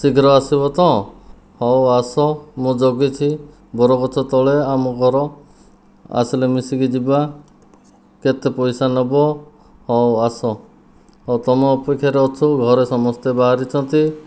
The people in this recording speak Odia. ଶୀଘ୍ର ଆସିବ ତ ହେଉ ଆସ ମୁଁ ଜଗିଛି ବରଗଛ ତଳେ ଆମ ଘର ଆସିଲେ ମିଶିକି ଯିବା କେତେ ପଇସା ନେବ ହେଉ ଆସ ହେଉ ତୁମ ଅପେକ୍ଷାରେ ଅଛୁ ଘରେ ସମସ୍ତେ ବାହାରିଛନ୍ତି